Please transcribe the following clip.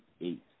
eight